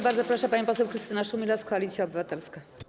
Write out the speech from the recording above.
Bardzo proszę, pani poseł Krystyna Szumilas, Koalicja Obywatelska.